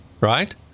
right